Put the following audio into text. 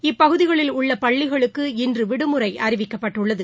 இப்பகுதிகளில் உள்ள பள்ளிகளுக்கு இன்று விடுமுறை அறிவிக்கப்பட்டுள்ளது